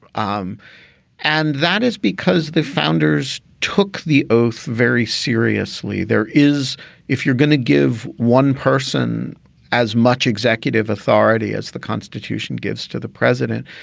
um and that is because the founders took the oath very seriously. there is if you're going to give one person as much executive authority as the constitution gives to the president,